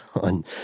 on